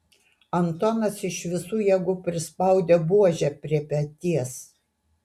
antonas iš visų jėgų prispaudė buožę prie peties